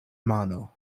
mano